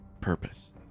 purpose